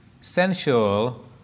sensual